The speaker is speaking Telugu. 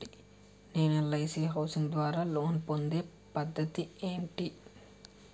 నేను ఎల్.ఐ.సి హౌసింగ్ ద్వారా లోన్ పొందే పద్ధతి ఏంటి?